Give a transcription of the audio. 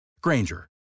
Granger